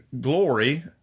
glory